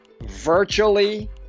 virtually